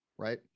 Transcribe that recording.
right